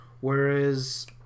Whereas